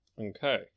okay